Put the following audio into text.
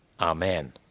Amen